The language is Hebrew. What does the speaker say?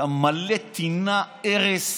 אתה מלא טינה, ארס,